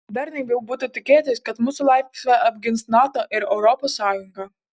dar naiviau būtų tikėtis kad mūsų laisvę apgins nato ir europos sąjunga